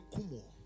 Kumo